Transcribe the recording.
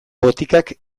botikak